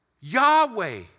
Yahweh